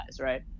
Right